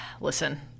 listen